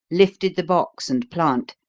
lifted the box and plant,